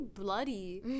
bloody